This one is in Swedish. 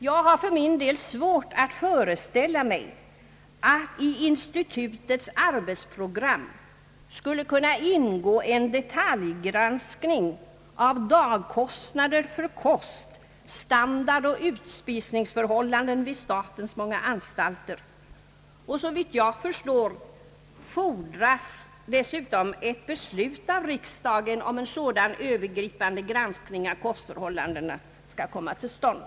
Jag har för min del svårt att föreställa mig att i institutets arbetsprogram skulle ingå en detaljgranskning av dagkostnader för kost, standard och utspisningsförhållanden vid statens många anstalter. Såvitt jag förstår, fordras dessutom ett beslut av riksdagen, om en sådan övergripande granskning av kostförhållandena skall komma till stånd.